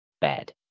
Bad